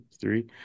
three